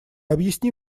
объясни